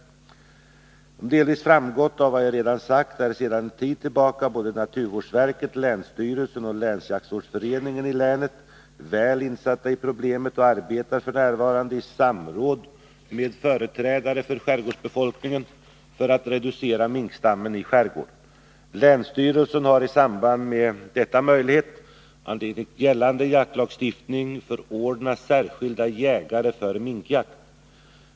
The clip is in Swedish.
Som delvis framgått av vad jag redan sagt är sedan en tid tillbaka både naturvårdsverket, länsstyrelsen och länsjaktvårdsföreningen i länet väl insatta i problemet och arbetar f.n., i samråd med företrädare för skärgårdsbefolkningen, för att reducera minkstammen i skärgården. Länsstyrelsen har i samband med detta möjlighet att enligt gällande jaktlagstiftning förordna särskilda jägare för minkjakt.